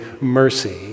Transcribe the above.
mercy